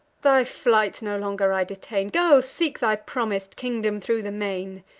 thy flight no longer i detain go seek thy promis'd kingdom thro' the main!